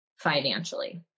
financially